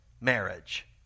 marriage